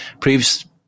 proves